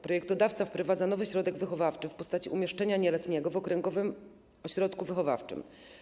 Projektodawca wprowadza nowy środek wychowawczy w postaci umieszczenia nieletniego w okręgowym ośrodku wychowawczym.